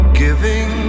giving